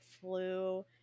flu